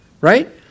right